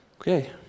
okay